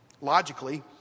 Logically